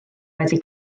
wedi